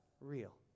real